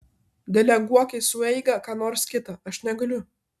deleguok į sueigą ką nors kitą aš negaliu